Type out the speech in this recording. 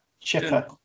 Chipper